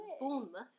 Bournemouth